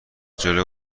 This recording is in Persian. جلو